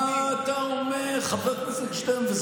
מה אתה אומר, חברת הכנסת שטרן?